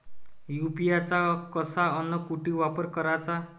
UPI चा कसा अन कुटी वापर कराचा?